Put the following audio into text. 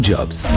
Jobs